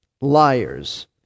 liars